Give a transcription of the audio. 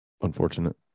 unfortunate